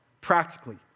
practically